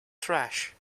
trash